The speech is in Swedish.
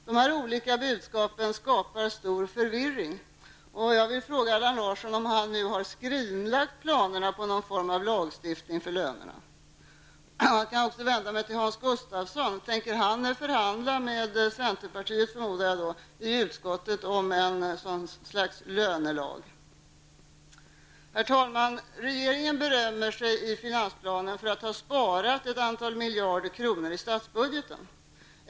De olika budskapen skapar stor förvirring, och jag vill fråga Allan Larsson om han nu har skrinlagt planerna på någon form av lagstiftning för lönerna. Jag skall också vända mig till Hans Gustafsson: Tänker han förhandla med centern i utskottet om ett slags lönelag? Herr talman! Regeringen berömmer sig i finansplanen av att ha sparat ett antal miljarder kronor i statsbudgeten.